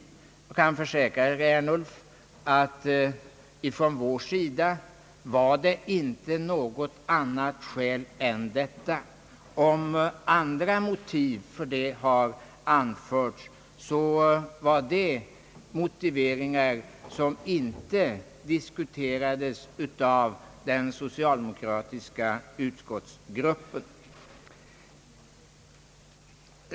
Jag kan försäkra herr Ernulf att det för vår del inte var något annat skäl än detta. Om andra motiveringar har anförts, så diskuterades de inte av den socialdemokratiska utskottsgruppen.